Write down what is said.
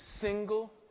single